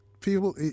people